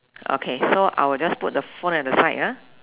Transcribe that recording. okay so I will just put the phone at the side ah